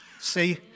see